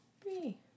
three